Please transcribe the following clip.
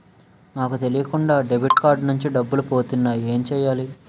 నాకు తెలియకుండా debit card నుంచి డబ్బులు పోతున్నాయి ఎం చెయ్యాలి?